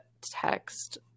text